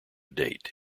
date